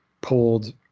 pulled